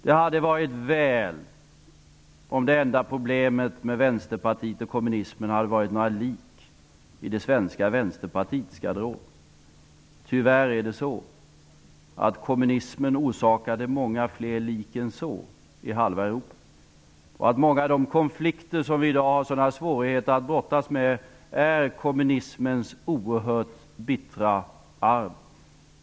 Det hade varit väl om det enda problemet med Vänsterpartiet och kommunismen hade varit några lik i det svenska Vänsterpartiets garderob. Tyvärr orsakade kommunismen många fler lik i halva Många av de konflikter som vi i dag har sådana svårigheter att brottas med är det oerhört bittra arvet från kommunismen.